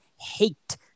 hate